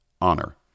honor